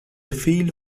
فیل